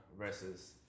versus